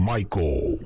Michael